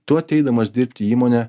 tu ateidamas dirbti į įmonę